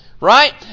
Right